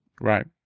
Right